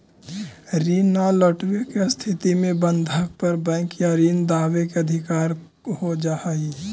ऋण न लौटवे के स्थिति में बंधक पर बैंक या ऋण दावे के अधिकार हो जा हई